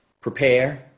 Prepare